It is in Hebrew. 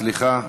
סליחה,